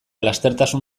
lastertasun